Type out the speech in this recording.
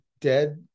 dead